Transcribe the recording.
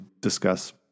discuss